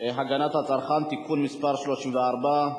הגנת הצרכן (תיקון מס' 34)